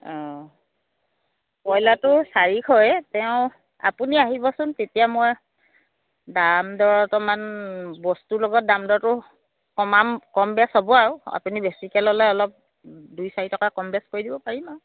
অঁ কইলাৰটোৰ চাৰিশই তেও আপুনি আহিবচোন তেতিয়া মই দাম দৰ অকণমান বস্তুৰ লগত দাম দৰটো কমাম কম বেছ হ'ব আৰু আপুনি বেছিকৈ ল'লে অলপ দুই চাৰি টকা কম বেছ কৰি দিব পাৰিম আৰু